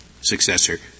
successor